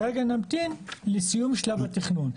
כרגע נמתין לסיום שלב התכנון,